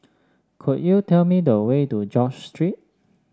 could you tell me the way to George Street